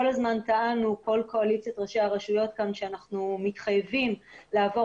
כל קואליציית ראשי הרשויות כאן טענו שאנחנו מתחייבים לעבור